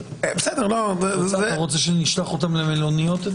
אתה רוצה שנשלח אותם למלוניות?